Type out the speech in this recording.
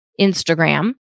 Instagram